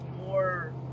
more